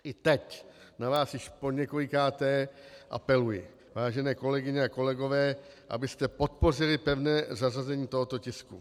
I teď na vás již poněkolikáté apeluji, vážené kolegyně a kolegové, abyste podpořili pevné zařazení tohoto tisku.